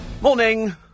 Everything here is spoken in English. Morning